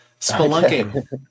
spelunking